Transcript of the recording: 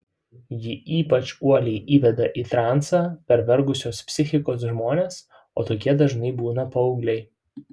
ji ypač uoliai įveda į transą pervargusios psichikos žmones o tokie dažnai būna paaugliai